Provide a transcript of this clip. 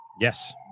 yes